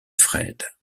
fred